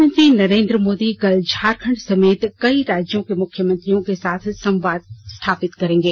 प्रधानमंत्री नरेन्द्र मोदी कल झारखंड समेत कई राज्यों के मुख्यमंत्रियों के साथ संवाद स्थापित करेंगे